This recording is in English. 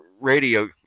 radio